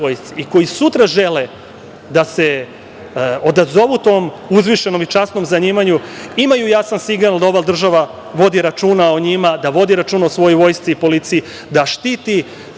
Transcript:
i koji sutra žele da se odazovu tom uzvišenom i časnom zanimanju imaju jasan signal da ova država vodi računa o njima, da vodi računa o svojoj vojsci i policiji, da štiti